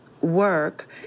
work